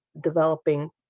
developing